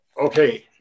Okay